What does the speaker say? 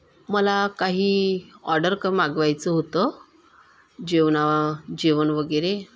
मला काही ऑर्डर क मागवायचं होतं जेवण जेवण वगैरे